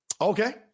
Okay